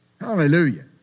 Hallelujah